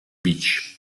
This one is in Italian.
beach